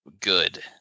good